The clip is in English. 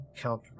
Count